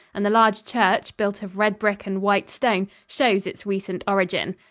and the large church, built of red brick and white stone, shows its recent origin.